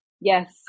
Yes